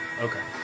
Okay